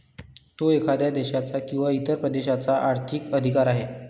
तो एखाद्या देशाचा किंवा इतर प्रदेशाचा आर्थिक अधिकार आहे